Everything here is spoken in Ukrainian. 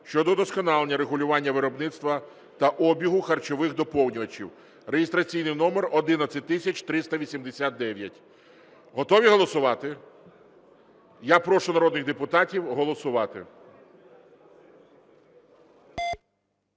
щодо удосконалення регулювання виробництва та обігу харчових доповнювачів (реєстраційний номер 11389). Готові голосувати? Я прошу народних депутатів голосувати.